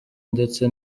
ndetse